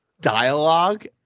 dialogue